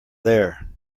there